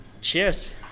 Cheers